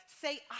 say